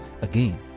again